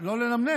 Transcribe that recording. לא לנמנם,